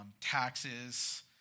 taxes